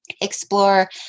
explore